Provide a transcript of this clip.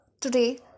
Today